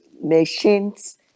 machines